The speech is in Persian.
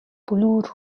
بلور